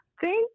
Thank